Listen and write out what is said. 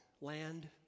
Land